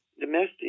Domestic